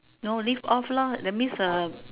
no live off lor that means uh